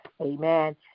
Amen